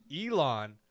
Elon